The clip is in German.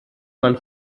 man